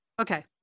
Okay